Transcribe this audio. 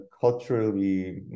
culturally